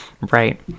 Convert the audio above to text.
right